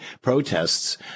protests